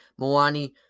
Moani